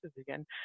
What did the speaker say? again